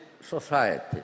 society